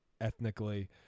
ethnically